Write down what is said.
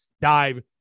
dive